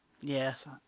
Yes